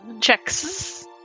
Checks